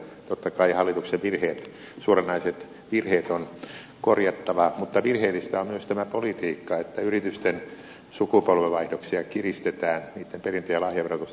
totta kai hallituksen virheet suoranaiset virheet on korjattava mutta virheellistä on myös tämä politiikka että yritysten sukupolvenvaihdoksia kiristetään niitten perintö ja lahjaverotusta kiristetään